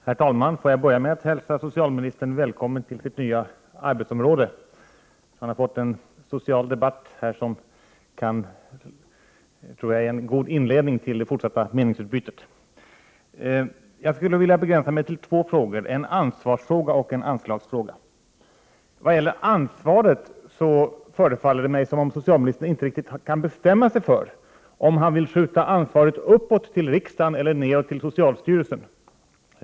Herr talman! Får jag börja med att hälsa socialministern välkommen till sitt nya arbetsområde. Han har fått en socialdebatt som jag tror kan vara en god inledning till det fortsatta meningsutbytet. Jag skulle vilja begränsa mig till två frågor, en ansvarsfråga och en anslagsfråga. När det gäller ansvaret förefaller det mig som om socialministern inte riktigt kan bestämma sig för om han vill flytta ansvaret uppåt till riksdagen eller nedåt till socialstyrelsen.